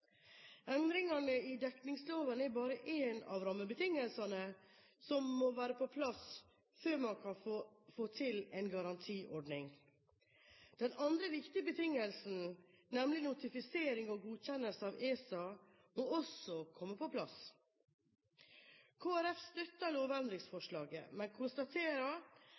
Endringene i dekningsloven er bare en av rammebetingelsene som må være på plass før man kan få til en garantiordning. Den andre viktige betingelsen, nemlig notifisering og godkjennelse av ESA, må også komme på plass. Kristelig Folkeparti støtter lovendringsforslaget, men konstaterer